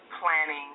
planning